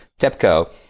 TEPCO